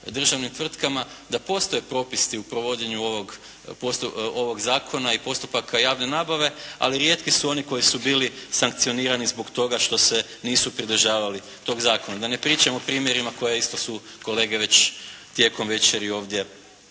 državnim tvrtkama da postoje propisi u provođenju ovog zakona i postupaka javne nabave, ali rijetki su oni koji su bili sankcionirani zbog toga što se nisu pridržavali tog zakona. Da ne pričam o primjerima koja isto su kolege već tijekom večeri ovdje